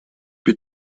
più